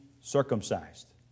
circumcised